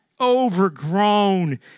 overgrown